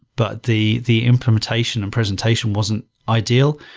but the the implementation and presentation wasn't ideal.